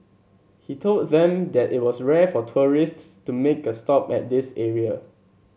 he told them that it was rare for tourists to make a stop at this area